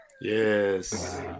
Yes